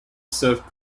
served